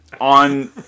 On